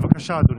בבקשה, אדוני.